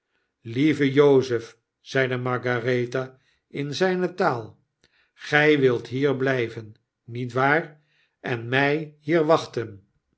jozef zeide margarethe in zijne taal gij wilt hier blyven niet waar en mij hier wachten